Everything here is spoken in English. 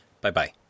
Bye-bye